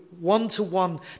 one-to-one